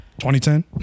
2010